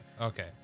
okay